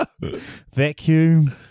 vacuum